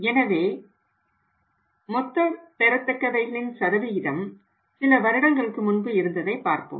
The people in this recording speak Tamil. எனவே மொத்த பெறத்தக்கவைகளின் சதவிகிதம் சில வருடங்களுக்கு முன்பு இருந்ததை பார்ப்போம்